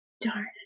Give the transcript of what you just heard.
Darn